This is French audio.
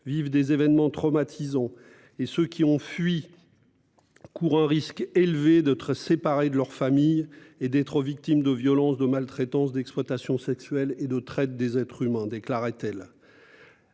vivent des événements traumatisants et ceux qui ont fui courent un risque élevé d'être séparés de leur famille et d'être victimes de violence, de maltraitance, d'exploitation sexuelle et de traite des êtres humains. »